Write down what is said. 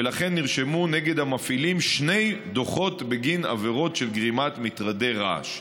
ולכן נרשמו נגד המפעילים שני דוחות בגין עבירות של גרימת מטרדי רעש.